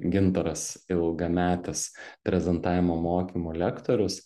gintaras ilgametis prezentavimo mokymų lektorius